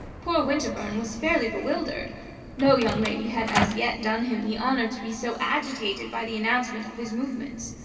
poor winterbourne was fairly bewildered no young lady had as yet done him the honor to be so agitated by the announcement of his movements.